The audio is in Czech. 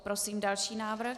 Prosím další návrh.